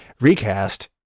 recast